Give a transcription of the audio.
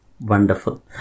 Wonderful